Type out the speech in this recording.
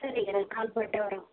சரிங்க நாங்கள் கால் பண்ணிவிட்டே வரோம்